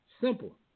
simple